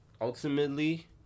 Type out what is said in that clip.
ultimately